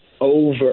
over